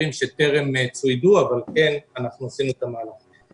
ושטרם צוידו אבל כן עשינו את המהלך הזה.